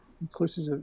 inclusive